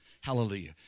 Hallelujah